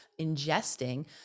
ingesting